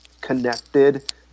connected